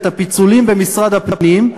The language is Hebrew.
את הפיצולים במשרד הפנים,